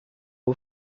aux